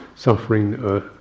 Suffering